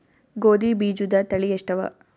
ಗೋಧಿ ಬೀಜುದ ತಳಿ ಎಷ್ಟವ?